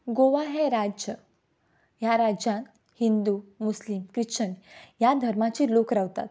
गोवा हें राज्य ह्या राज्यांक हिंदू मुस्लीम ख्रिश्चन ह्या धर्माचे लोक रावतात